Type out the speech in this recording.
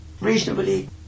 reasonably